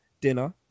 dinner